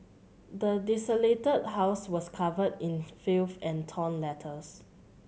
the desolated house was covered in filth and torn letters